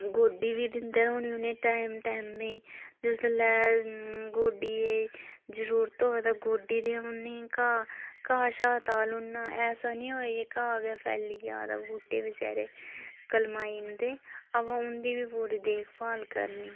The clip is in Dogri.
गोड्डी बी दिंदे रौह्नी उ'नें टैम टैमें जिसलै गोड्डी दी जरूरत होऐ ते गोड्डी देई ओड़नी घाह् शाह् तालु ओड़ना ऐसा नी होऐ कि घाह् गै फैली जा ते बूहटे बचारे कलमाई जंदे अवा उं'दी बी पूरी देखभाल करनी